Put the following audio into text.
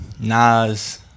Nas